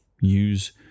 use